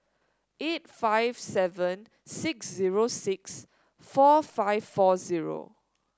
eight five seven six zero six four five four zero